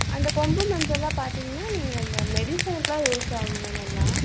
அந்த கொம்பு மஞ்சளெலாம் பார்த்தீங்னா நீங்கள் அந்த மெடிசனுக்கெலாம் யூஸ் ஆகுங்க நல்லா